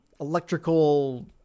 electrical